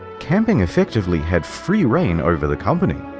camping effectively had free rein over the company.